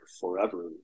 forever